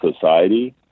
society